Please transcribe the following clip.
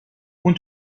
اون